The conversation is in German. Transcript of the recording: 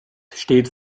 steht